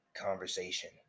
conversation